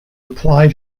apply